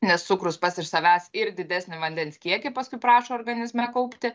nes cukrus pats iš savęs ir didesnį vandens kiekį paskui prašo organizme kaupti